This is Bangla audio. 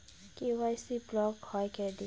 কে.ওয়াই.সি ব্লক হয় কেনে?